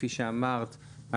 כפי שאמרת,